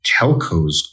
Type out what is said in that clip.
telcos